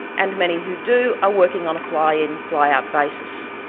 and many who do are working on a fly-in fly-out basis.